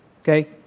okay